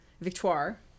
Victoire